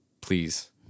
Please